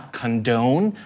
condone